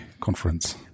Conference